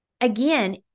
again